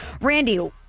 Randy